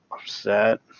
upset